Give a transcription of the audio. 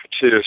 two